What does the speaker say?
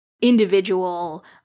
individual –